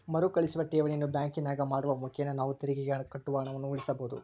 ಮರುಕಳಿಸುವ ಠೇವಣಿಯನ್ನು ಬ್ಯಾಂಕಿನಾಗ ಮಾಡುವ ಮುಖೇನ ನಾವು ತೆರಿಗೆಗೆ ಕಟ್ಟುವ ಹಣವನ್ನು ಉಳಿಸಬಹುದು